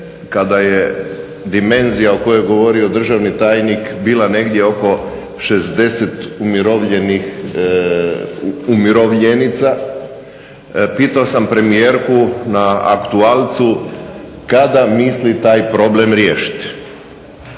kada je dimenzija o kojoj je govorio državni tajnik bila negdje oko 60 umirovljenih umirovljenica pitao sam premijerku na aktualcu kada misli taj problem riješiti.